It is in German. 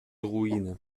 ruine